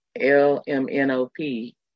L-M-N-O-P